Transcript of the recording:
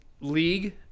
league